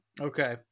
Okay